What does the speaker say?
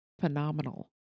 phenomenal